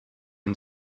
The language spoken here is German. ein